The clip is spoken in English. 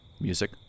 Music